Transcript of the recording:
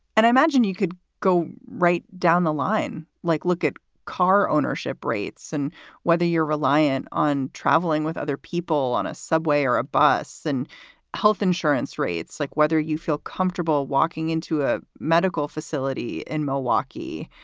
and i imagine you could go right down the line like look at car ownership rates and whether you're reliant on traveling with other people on a subway or a bus and health insurance rates, like whether you feel comfortable walking into a medical facility in milwaukee.